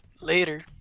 later